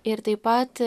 ir taip pat